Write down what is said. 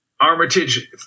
Armitage